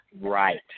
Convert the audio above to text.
Right